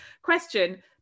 Question